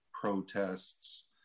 protests